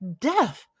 death